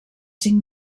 cinc